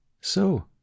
So